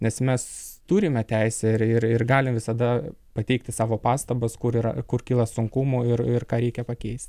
nes mes turime teisę ir ir ir galim visada pateikti savo pastabas kur yra kur kyla sunkumų ir ir ką reikia pakeist